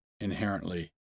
inherently